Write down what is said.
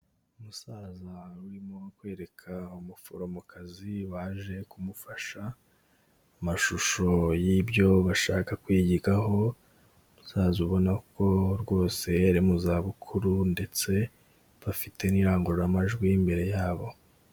Umusaza urimo kwereka umuforomokazi waje kumufasha, amashusho y'ibyo bashaka kwigaho, umusaza ubona ko rwose ari mu za bukuru ndetse bafite n'irangururamajwi imbere yabo.